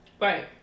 right